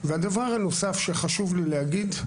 הדבר הנוסף שחשוב לי להגיד,